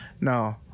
No